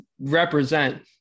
represent